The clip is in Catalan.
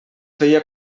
feia